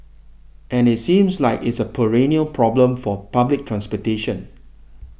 and it seems like it's a perennial problem for public transportation